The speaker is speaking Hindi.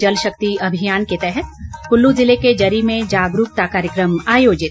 जल शक्ति अभियान के तहत कुल्लू ज़िले के जरी में जागरूकता कार्यक्रम आयोजित